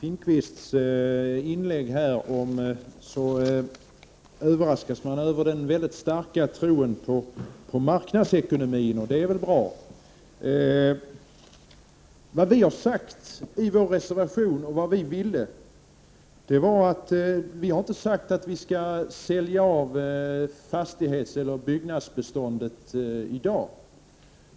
Herr talman! När man hört Bo Finnkvists inlägg har man överraskats över den starka tron på marknadsekonomin. Det är väl bra. Vi har inte sagt i vår reservation att vi skall sälja av byggnadsbeståndet i dag.